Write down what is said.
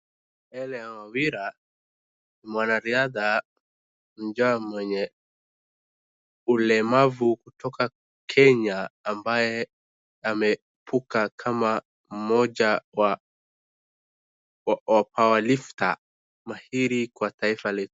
Hellen kawira ni mwanariadha mmoja mwenye ulemavu kutoka kenya ambaye ameipuka kama mmoja wa powerlifter mahiri kwa taifa letu.